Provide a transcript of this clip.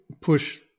push